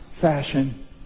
fashion